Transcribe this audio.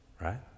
right